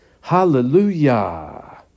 Hallelujah